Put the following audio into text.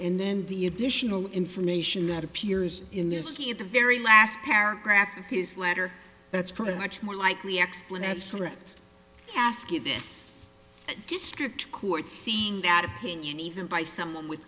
and then the additional information that appears in their skin at the very last paragraph of his letter that's pretty much more likely explanation is correct ask you this district court seeing that opinion even by someone with